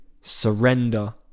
surrender